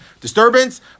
disturbance